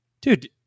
dude